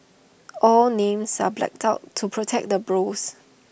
all names are blacked out to protect the bros